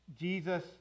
Jesus